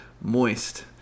moist